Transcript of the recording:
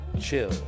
chill